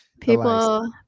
people